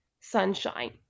Sunshine